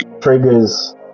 triggers